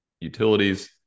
utilities